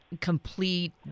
complete